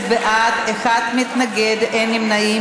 בעד, אחד מתנגד, אין נמנעים.